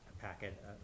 packet